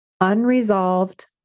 Unresolved